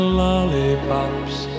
lollipops